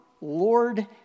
Lord